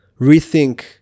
rethink